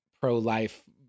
pro-life